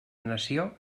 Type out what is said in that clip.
nació